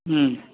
હમ